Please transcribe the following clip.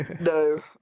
No